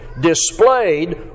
displayed